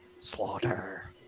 Slaughter